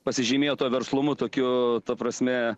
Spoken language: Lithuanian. pasižymėjo tuo verslumo tokiu ta prasme